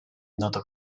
noto